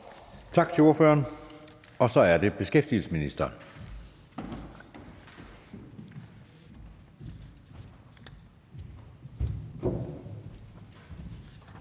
Tak til ordføreren. Så er det beskæftigelsesministeren.